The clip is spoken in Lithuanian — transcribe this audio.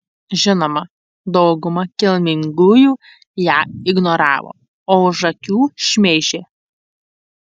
žinoma dauguma kilmingųjų ją ignoravo o už akių šmeižė